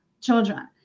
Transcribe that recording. children